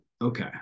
Okay